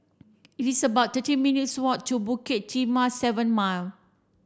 it is about thirty minutes' walk to Bukit Timah Seven Mile